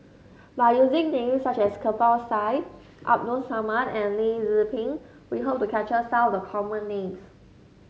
by using names such as Kirpal Singh Abdul Samad and Lim Tze Peng we hope to capture some of the common names